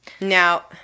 Now